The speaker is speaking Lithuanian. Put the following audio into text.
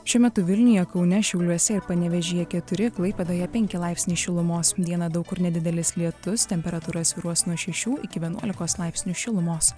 šiuo metu vilniuje kaune šiauliuose ir panevėžyje keturi klaipėdoje penki laipsniai šilumos dieną daug kur nedidelis lietus temperatūra svyruos nuo šešių iki vienuolikos laipsnių šilumos